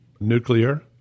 nuclear